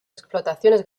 explotaciones